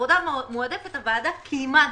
עבודה מועדפת הוועדה קיימה דיון,